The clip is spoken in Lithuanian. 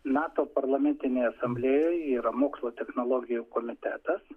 nato parlamentinė asamblėjoj yra mokslo technologijų komitetas